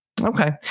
okay